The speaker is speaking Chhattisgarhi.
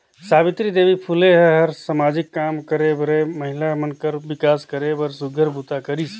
सावित्री देवी फूले ह हर सामाजिक काम करे बरए महिला मन कर विकास करे बर सुग्घर बूता करिस